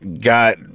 got